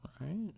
right